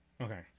Okay